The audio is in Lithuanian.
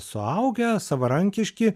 suaugę savarankiški